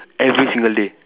every single day